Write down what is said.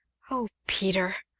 oh, peter!